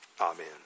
Amen